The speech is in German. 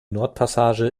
nordpassage